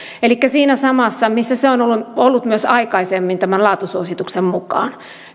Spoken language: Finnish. elikkä siinä samassa missä se on ollut myös aikaisemmin tämän laatusuosituksen mukaan